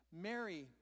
Mary